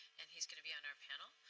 and he is going to be on our panel,